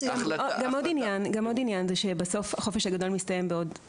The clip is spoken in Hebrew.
בסוף החופש הגדול מסתיים בעוד פחות מ-45 יום.